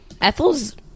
Ethel's